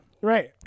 right